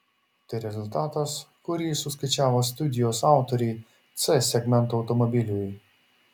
tai rezultatas kurį suskaičiavo studijos autoriai c segmento automobiliui